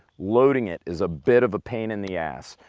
loading it is a bit of a pain in the ass.